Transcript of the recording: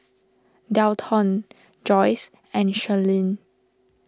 Delton Joyce and Charlene